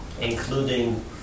including